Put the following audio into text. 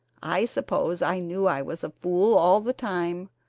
i suppose i knew i was a fool all the time,